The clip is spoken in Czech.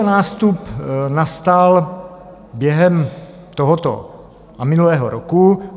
Nástup nastal během tohoto a minulého roku.